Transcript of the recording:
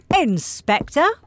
Inspector